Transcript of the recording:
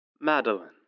Madeline